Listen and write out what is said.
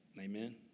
Amen